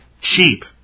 cheap